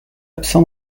absent